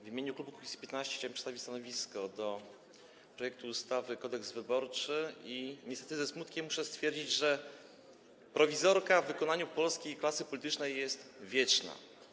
W imieniu klubu Kukiz’15 chcę przedstawić stanowisko wobec projektu ustawy Kodeks wyborczy i niestety ze smutkiem muszę stwierdzić, że prowizorka w wykonaniu polskiej klasy politycznej jest wieczna.